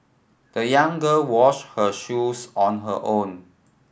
the young girl washed her shoes on her own